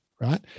Right